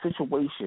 situation